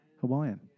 Hawaiian